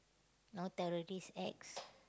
no terrorist acts